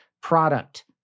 product